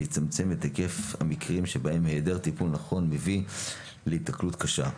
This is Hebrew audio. ויצמצם את היקף המקרים שבהם היעדר טיפול נכון מביא להיתקלות קשה,